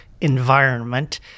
environment